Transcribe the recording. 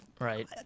Right